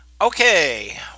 okay